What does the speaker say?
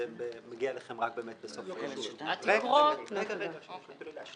אני רק אציין שבאמת בהתייחס